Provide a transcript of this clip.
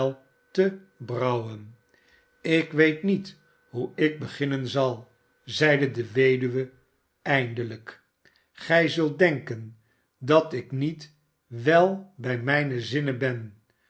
te brouwen ik weet niet hoe ik beginnen zal zeide de weduwe eindelijk gij zult denken dat ik niet wel bij mijne zinnen ben